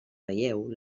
relleu